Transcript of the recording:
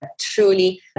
truly